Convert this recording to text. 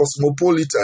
Cosmopolitan